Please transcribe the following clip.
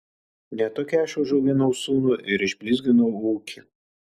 ne tokiai aš užauginau sūnų ir išblizginau ūkį